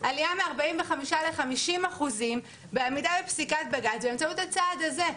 עליה מ-45% ל-50% בעמידה בפסיקת בג"צ אמצעות הצעד הזה.